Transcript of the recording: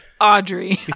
Audrey